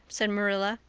said marilla.